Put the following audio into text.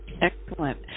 Excellent